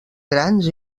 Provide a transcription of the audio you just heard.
grans